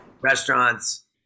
restaurants